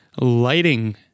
Lighting